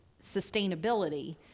sustainability